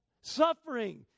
suffering